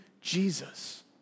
Jesus